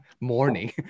morning